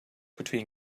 between